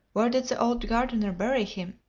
where did the old gardener bury him?